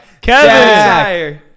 Kevin